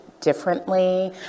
differently